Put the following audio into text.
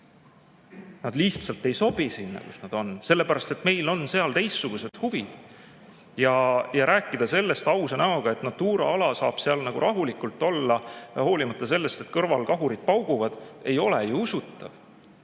Nad lihtsalt ei sobi sinna, kus nad on, sest meil on seal teistsugused huvid. Rääkida ausa näoga, et Natura ala saab seal rahulikult olla, hoolimata sellest, et kõrval kahurid pauguvad, ei ole usutav.